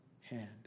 hand